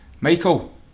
Michael